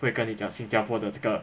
不会跟你讲新加坡的这个